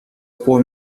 for